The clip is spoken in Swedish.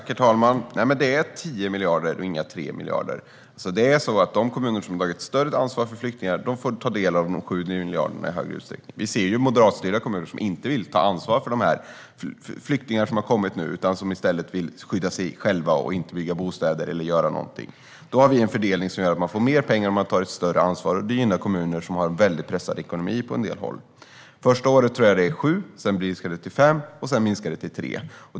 Herr talman! Det är 10 miljarder och inga 3 miljarder. De kommuner som har tagit ett större ansvar för flyktingar får ta del av de 7 miljarderna i större utsträckning. Vi ser moderatstyrda kommuner som inte vill ta ansvar för de flyktingar som har kommit utan som i stället vill skydda sig själva och låter bli att bygga bostäder och inte gör någonting alls. Vi har en fördelning som gör att man får mer pengar om man tar ett större ansvar, och det gynnar kommuner som har en pressad ekonomi på en del håll. Det första året tror jag att det är 7 miljarder. Sedan minskar det till 5, och sedan minskar det till 3 miljarder.